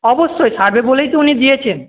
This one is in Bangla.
অবশ্যই সারবে বলেই তো উনি দিয়েছেন